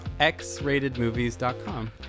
xratedmovies.com